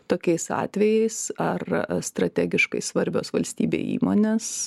tokiais atvejais ar strategiškai svarbios valstybei įmonės